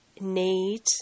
need